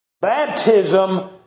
Baptism